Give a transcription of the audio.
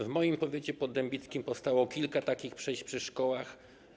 W moim powiecie poddębickim powstało kilka takich przejść przy szkołach.